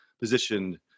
positioned